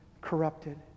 corrupted